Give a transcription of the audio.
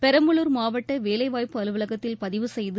பெரம்பலூர் மாவட்ட வேலைவாய்ப்பு அலுவலகத்தில் பதிவு செய்து